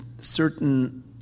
certain